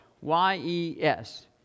Y-E-S